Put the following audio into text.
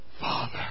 Father